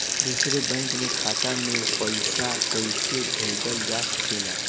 दूसरे बैंक के खाता में पइसा कइसे भेजल जा सके ला?